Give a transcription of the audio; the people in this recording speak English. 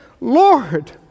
Lord